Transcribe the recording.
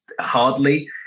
hardly